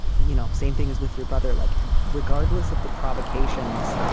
you know, same thing is with your brother, like regardless of the provocations,